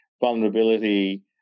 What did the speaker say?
vulnerability